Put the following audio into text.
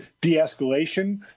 de-escalation